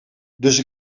dus